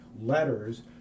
letters